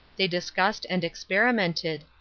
they discussed and experimented,